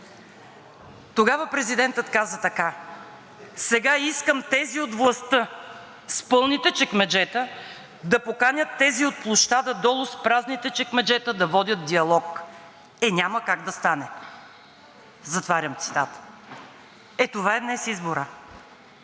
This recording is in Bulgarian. Тогава президентът каза така: „Сега искам тези от властта с пълните чекмеджета да поканят тези от площада долу с празните чекмеджета да водят диалог. Е няма как да стане.“ Затварям цитата. Е това е днес изборът.